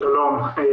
אני